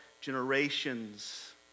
generations